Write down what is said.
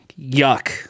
Yuck